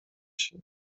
się